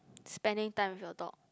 spending time with your dog